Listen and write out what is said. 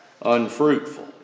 unfruitful